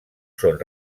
són